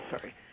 Sorry